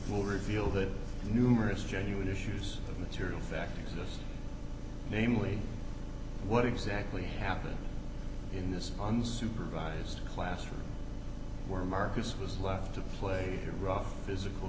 will reveal the numerous genuine issues of material fact namely what exactly happened in this on supervised classroom where marcus was left to play a rough physical